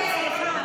השאלה נשאלת